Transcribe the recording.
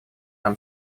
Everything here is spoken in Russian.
там